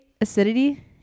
acidity